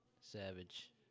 Savage